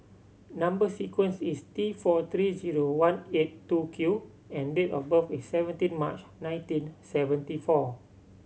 number sequence is T four three zero one eight two Q and date of birth is seventeen March nineteen seventy four